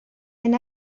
and